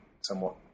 somewhat